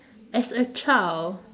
as a child